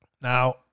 Now